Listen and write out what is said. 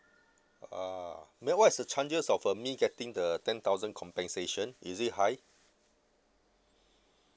ah may I know what's the chances of me getting the ten thousand compensation is it high